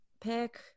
pick